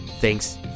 Thanks